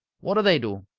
what do they do?